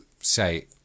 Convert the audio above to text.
say